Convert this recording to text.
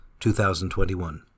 2021